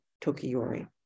Tokiyori